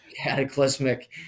cataclysmic